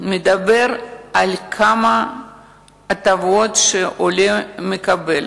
מדברת על כמה הטבות שהעולה מקבל.